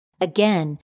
Again